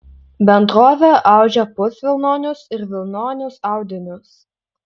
bendrovė audžia pusvilnonius ir vilnonius audinius